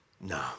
No